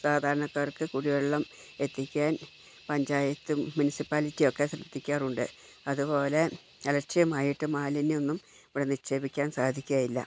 സാധാരണക്കാർക്ക് കുടിവെള്ളം എത്തിക്കാൻ പഞ്ചായത്തും മുനിസിപ്പാലിറ്റിയുമൊക്കെ ശ്രദ്ധിക്കാറുണ്ട് അതുപോലെ അലക്ഷ്യമായിട്ട് മാലിന്യം ഒന്നും ഇവിടെ നിക്ഷേപിക്കാൻ സാധിക്കുകയില്ല